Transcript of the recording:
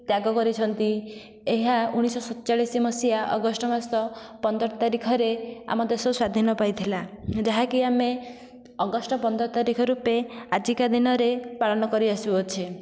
ତ୍ୟାଗ କରିଛନ୍ତି ଏହା ଉଣେଇଶଶହ ସତଚାଳିଶ ମସିହା ଅଗଷ୍ଟ ମାସ ପନ୍ଦର ତାରିଖରେ ଆମ ଦେଶ ସ୍ଵାଧୀନ ପାଇଥିଲା ଯାହାକି ଆମେ ଅଗଷ୍ଟ ପନ୍ଦର ତାରିଖ ରୂପେ ଆଜିକା ଦିନରେ ପାଳନ କରିଆସୁଅଛେ